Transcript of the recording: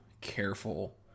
careful